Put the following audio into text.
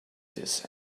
this